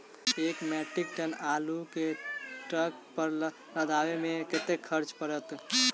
एक metric ton आलु केँ ट्रक पर लदाबै मे कतेक खर्च पड़त?